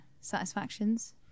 satisfactions